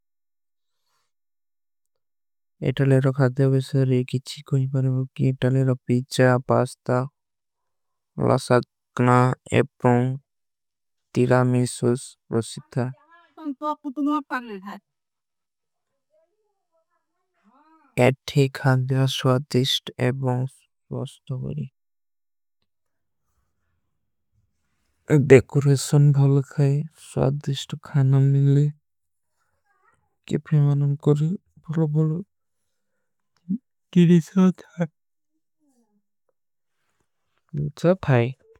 ଏଟାଲେରୋ ଖାଦେ ଵେସରେ କିଛୀ କୁଣି ପରେବୋ କି ଏଟାଲେରୋ। ପୀଚା ପାସ୍ତା ଲସାଗନା ଏପନୋଂ ତୀରା। ମିଲ୍ସୋସ ପ୍ରସିଥା ଏଠେ ଖାଦେ ହା ସ୍ଵାଦିଷ୍ଟ ଏବନୋଂ। ସ୍ଵସ୍ତଵରୀ ଏକ ଦେକୁରେଶନ ଭଲୋ ଖାଏ ସ୍ଵାଦିଷ୍ଟ ଖାନା ମିଲେ। କେ ଫେମାନୋଂ କରେ ଭଲୋ ଭଲୋ କିରୀ ସ୍ଵାଧାର ଜା ଭାଈ।